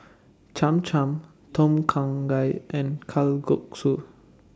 Cham Cham Tom Kha Gai and Kalguksu